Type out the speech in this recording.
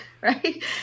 right